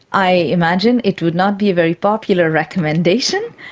i imagine it would not be a very popular recommendation,